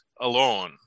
alone